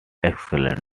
excellent